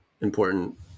important